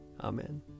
Amen